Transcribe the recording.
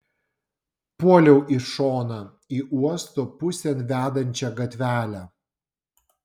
puoliau į šoną į uosto pusėn vedančią gatvelę